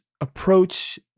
approach